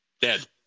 Dead